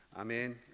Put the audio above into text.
Amen